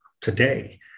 today